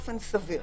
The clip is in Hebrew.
באופן סביר.